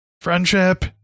Friendship